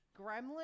gremlin